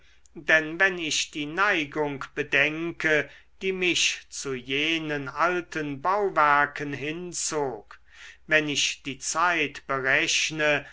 denn wenn ich die neigung bedenke die mich zu jenen alten bauwerken hinzog wenn ich die zeit berechne